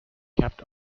kept